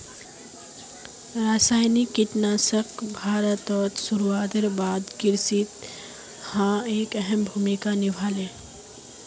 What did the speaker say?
रासायनिक कीटनाशक भारतोत अपना शुरुआतेर बाद से कृषित एक अहम भूमिका निभा हा